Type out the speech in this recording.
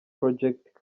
project